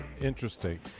interesting